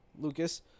Lucas